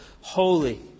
holy